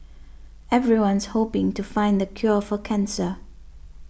everyone's hoping to find the cure for cancer